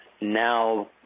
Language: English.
now